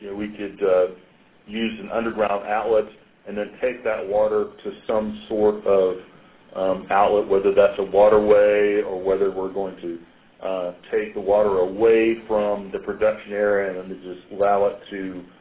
we did use an underground outlet and then take that water to some sort of outlet, whether that's a waterway or whether we're going to take the water away from the production area and and just allow it to